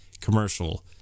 commercial